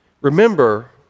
Remember